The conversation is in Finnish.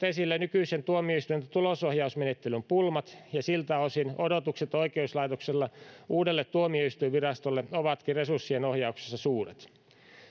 esille nykyisen tuomioistuinten tulosohjausmenettelyn pulmat ja siltä osin odotukset oikeuslaitoksella uudelle tuomioistuinvirastolle ovatkin resurssien ohjauksessa suuret